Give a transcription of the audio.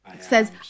says